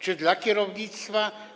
Czy dla kierownictwa?